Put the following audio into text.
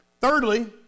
Thirdly